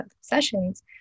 sessions